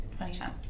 2010